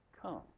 come